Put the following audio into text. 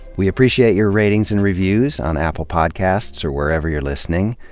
we appreciate your ratings and reviews on apple podcasts or wherever you're listening.